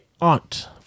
aunt